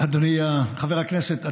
אדוני חבר הכנסת,